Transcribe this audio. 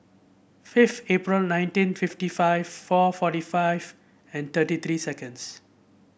fifth April nineteen fifty five four forty five and thirty three seconds